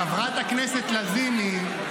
חברת הכנסת לזימי,